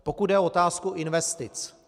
Pokud jde o otázku investic.